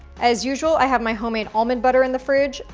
as usual, i have my homemade almond butter in the fridge,